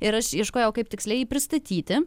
ir aš ieškojau kaip tiksliai jį pristatyti